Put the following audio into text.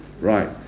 right